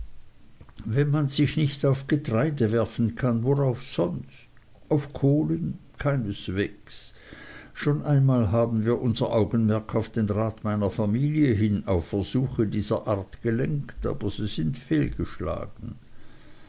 wenn man sich nicht auf getreide werfen kann worauf sonst auf kohlen keineswegs schon einmal haben wir unser augenmerk auf den rat meiner familie hin auf versuche dieser art gelenkt und sie sind fehlgeschlagen